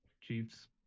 Chiefs